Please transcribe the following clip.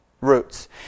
roots